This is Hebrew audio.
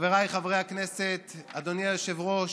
חבריי חברי הכנסת, אדוני היושב-ראש,